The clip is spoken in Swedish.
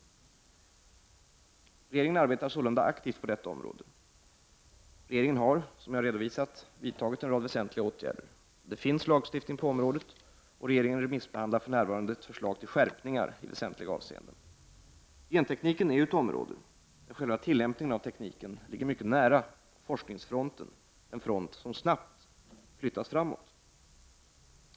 Regeringen arbetar sålunda aktivt på detta område. Regeringen har som jag redovisat vidtagit en rad väsentliga åtgärder. Det finns lagstiftning på området och regeringen remissbehandlar för närvarande ett förslag till skärpningar i viktiga avseenden. Gentekniken är ett område där själva tilllämpningen av tekniken ligger mycket nära forskningsfronten, en front som snabbt flyttas framåt.